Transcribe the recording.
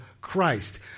Christ